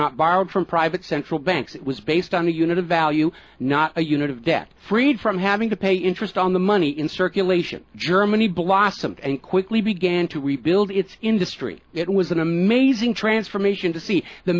not borrowed from private central banks it was based on the unit of value not a unit of debt freed from having to pay interest on the money in circulation germany blossomed and quickly began to rebuild its industry it was an amazing transformation to see the